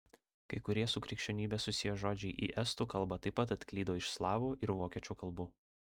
kai kurie su krikščionybe susiję žodžiai į estų kalbą taip pat atklydo iš slavų ir vokiečių kalbų